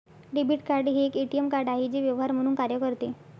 debit card हे एक ATM card आहे जे व्यवहार म्हणून कार्य करते